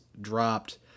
dropped